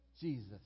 Jesus